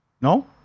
No